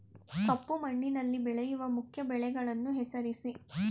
ಕಪ್ಪು ಮಣ್ಣಿನಲ್ಲಿ ಬೆಳೆಯುವ ಮುಖ್ಯ ಬೆಳೆಗಳನ್ನು ಹೆಸರಿಸಿ